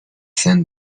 send